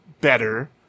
better